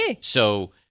So-